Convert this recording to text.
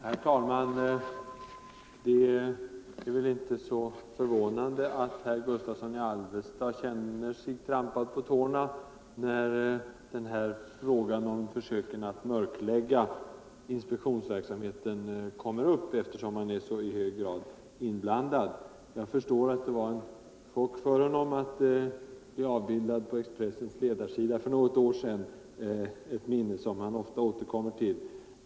Herr talman! Det är väl inte så förvånande att herr Gustavsson i Alvesta känner sig trampad på tårna när den här frågan om försöken att mörklägga inspektionsverksamheten kommer upp, eftersom han i så hög grad är inblandad. Jag förstår att det var en chock för honom att bli avbildad på Expressens ledarsida för något år sedan, ett minne som han ofta återkommer till.